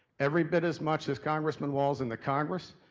every bit as much as congressman walz and the congress,